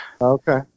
okay